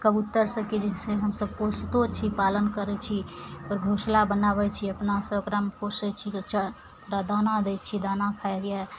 कबूतरसँ की छै हम सभ पोसितो छी पालन करय छी ओकर घोँसला बनाबय छी अपनासँ ओकरा पोसय छी ओकरा दाना दै छी दाना खाइए